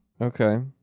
okay